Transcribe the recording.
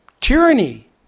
tyranny